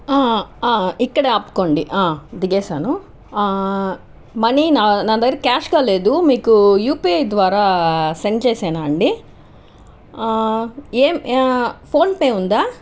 ఇక్కడే ఆపుకోండి దిగేసాను మనీ నా నా దగ్గర క్యాష్గా లేదు మీకు యుపీఐ ద్వారా సెండ్ చేసేయన అండి యేమ్ ఫోన్పే ఉందా